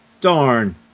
Darn